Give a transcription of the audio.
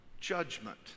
judgment